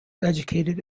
educated